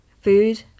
Food